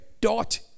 dot